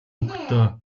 өнгөтэй